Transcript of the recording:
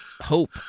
hope